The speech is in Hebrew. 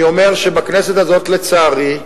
אני אומר שבכנסת הזאת יש, לצערי,